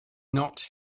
not